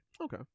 okay